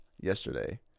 yesterday